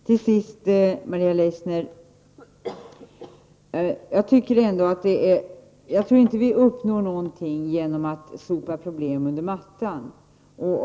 Till sist några ord till Maria Leissner. Jag tror inte att vi uppnår någonting genom att sopa problem under mattan.